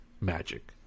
magic